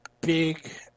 big